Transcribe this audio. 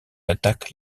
attaque